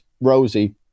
Rosie